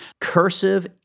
Cursive